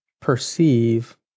perceive